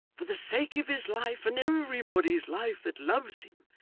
for the sake of his life and everybody's life that loves him,